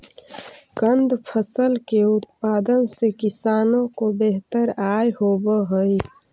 कंद फसल के उत्पादन से किसानों को बेहतर आय होवअ हई